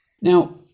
Now